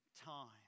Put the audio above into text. time